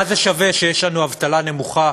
מה זה שווה שיש לנו אבטלה נמוכה